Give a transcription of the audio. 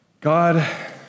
God